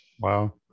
Wow